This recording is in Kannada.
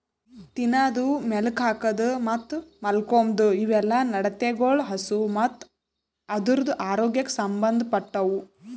ತಿನದು, ಮೇಲುಕ್ ಹಾಕದ್ ಮತ್ತ್ ಮಾಲ್ಕೋಮ್ದ್ ಇವುಯೆಲ್ಲ ನಡತೆಗೊಳ್ ಹಸು ಮತ್ತ್ ಅದುರದ್ ಆರೋಗ್ಯಕ್ ಸಂಬಂದ್ ಪಟ್ಟವು